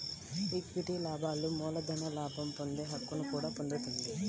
equity లాభాలు మూలధన లాభం పొందే హక్కును కూడా పొందుతుంది